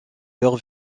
leur